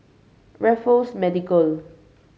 Raffles Medical